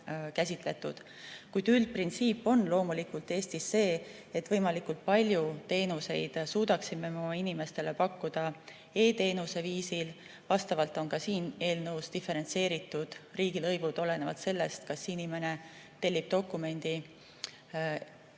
käsitletud. Kuid üldprintsiip on loomulikult Eestis see, et me suudaksime võimalikult palju teenuseid oma inimestele pakkuda e-teenuse viisil. Vastavalt on ka siin eelnõus diferentseeritud riigilõivud, olenevalt sellest, kas inimene tellib dokumendi